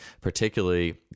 particularly